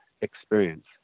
experience